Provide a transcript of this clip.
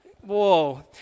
whoa